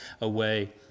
away